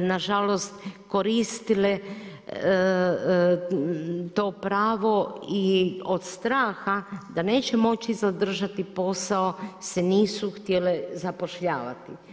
nažalost koristile to pravo i od straha da neće moći zadržati posao se nisu htjele zapošljavati.